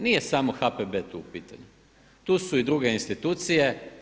Nije samo HPB tu u pitanju, tu su i druge institucije.